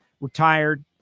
retired